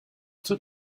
too